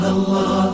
Allah